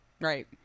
Right